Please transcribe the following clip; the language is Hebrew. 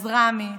אז רמי,